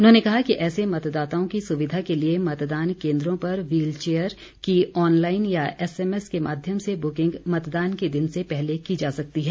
उन्होंने कहा कि ऐसे मतदाताओं की सुविधा के लिए मतदान केन्द्रों पर व्हील चेयर की ऑनलाइन या एसएमएस के माध्यम से बुकिंग मतदान के दिन से पहले की जा सकती है